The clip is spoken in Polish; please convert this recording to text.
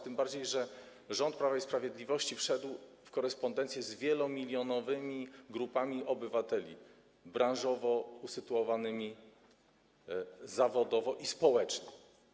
Tym bardziej że rząd Prawa i Sprawiedliwości wszedł w korespondencję z wielomilionowymi grupami obywateli, branżowo usytuowanymi, zawodowo i społecznie.